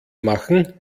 machen